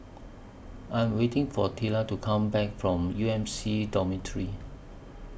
I Am waiting For Tilla to Come Back from U M C Dormitory